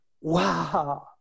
wow